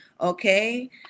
okay